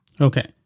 Okay